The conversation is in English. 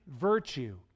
virtue